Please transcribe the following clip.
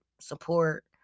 support